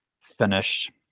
finished